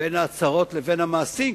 בין ההצהרות לבין המעשים,